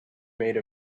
made